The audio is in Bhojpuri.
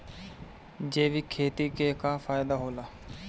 जैविक खेती क का फायदा होला?